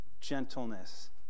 gentleness